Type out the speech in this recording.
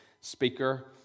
speaker